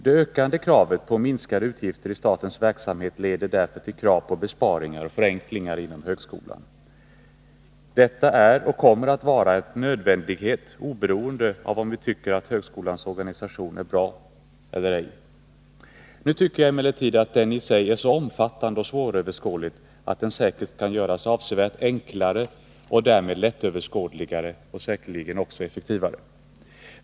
Det ökande kravet på minskade utgifter i statens verksamhet leder därför till krav på besparingar och förenklingar inom högskolan. Detta är och kommer att vara en nödvändighet, oberoende av om man tycker att högskolans organisation är bra eller ej. Nu tycker jag emellertid att den i sig är så omfattande och svåröverskådlig att den säkert kan göras avsevärt enklare, och därmed lättöverskådligare, och säkerligen också effektivare.